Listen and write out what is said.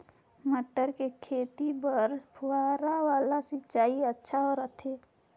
मटर के खेती बर फव्वारा वाला सिंचाई अच्छा रथे?